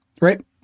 Right